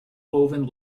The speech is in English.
woven